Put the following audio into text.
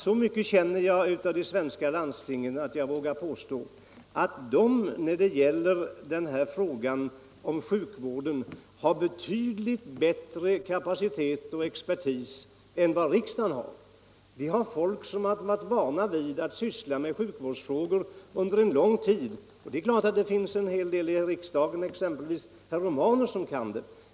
Så mycket känner jag de svenska landstingen, herr Romanus, att jag vågar påstå att de när det gäller sjukvården har betydligt större kapacitet och bättre expertis till sitt förfogande än riksdagen har. Vid landstingen har man folk som under lång tid har varit vana att syssla med sjukvårdsfrågor. Självfallet finns även inom riksdagen ledamöter som kan sjukvård, exempelvis herr Romanus.